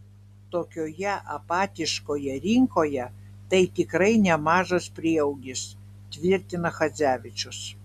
tokioje apatiškoje rinkoje tai tikrai nemažas prieaugis tvirtina chadzevičius